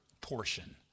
portion